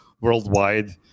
worldwide